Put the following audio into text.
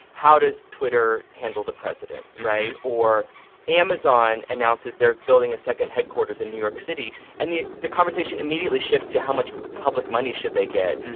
how does twitter handle the president right? or amazon announces they're building a second headquarters in new york city. and the the conversation immediately shifts to, how much public money should they get?